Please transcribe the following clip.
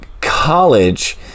college